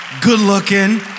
good-looking